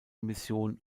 mission